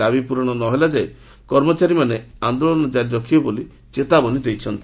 ଦାବି ପ୍ରରଣ ନ ହେଲା ଯାଏଁ କର୍ମଚାରୀମାନେ ଆନ୍ଦୋଳନ ଜାରି ରଖିବେ ବୋଲି ଚେତାବନୀ ଦେଇଛନ୍ତି